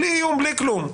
בלי איום, בלי כלום.